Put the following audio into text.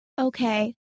Okay